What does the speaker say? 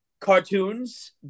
cartoons